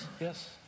Yes